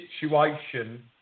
situation